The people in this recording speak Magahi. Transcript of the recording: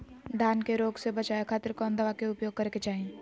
धान के रोग से बचावे खातिर कौन दवा के उपयोग करें कि चाहे?